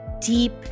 deep